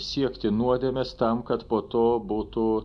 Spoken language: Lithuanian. siekti nuodėmės tam kad po to būtų